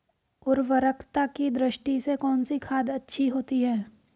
उर्वरकता की दृष्टि से कौनसी खाद अच्छी होती है?